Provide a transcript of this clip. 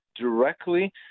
directly